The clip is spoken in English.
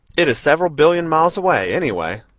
it is several billion miles away, anyway.